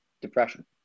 depression